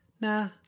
Nah